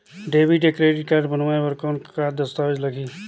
Debit या credit card बनवाय बर कौन का दस्तावेज लगही?